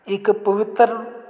ਇੱਕ ਪਵਿੱਤਰ